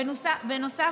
בנוסף,